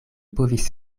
povis